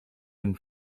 den